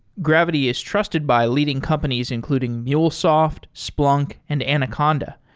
gravity is trusted by leading companies, including mulesoft, splunk and anaconda.